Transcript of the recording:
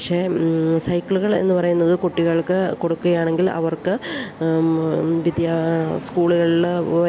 പക്ഷേ സൈക്കിളുകൾ എന്നു പറയുന്നത് കുട്ടികൾക്കു കൊടുക്കുകയാണെങ്കിൽ അവർക്ക് സ്കൂളുകളില് വരുവാനും